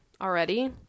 already